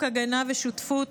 הגנה ושותפות